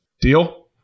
Deal